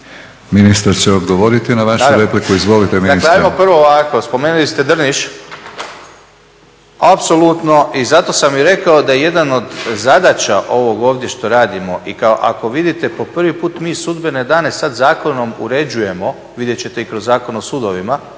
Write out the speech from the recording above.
Ministar će odgovoriti na vašu repliku. Izvolite ministre. **Miljenić, Orsat** Hvala. … /Govornik se ne razumije./ … ste Drniš, apsolutno i zato sam i rekao da je jedna od zadaća ovog ovdje što radimo i ako vidite po prvi put, mi sudbene dane sada zakonom uređujemo, vidjet ćete i kroz Zakon o sudovima,